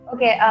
Okay